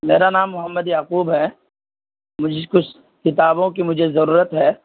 میرا نام محمد یعقوب ہے مجھے کچھ کتابوں کی مجھے ضرورت ہے